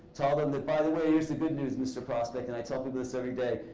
tell them that, by the way, here's the good news, mr. prospect. and i tell people this every day.